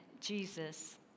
Jesus